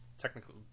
technically